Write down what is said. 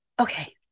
Okay